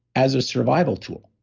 as a survival tool